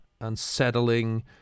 unsettling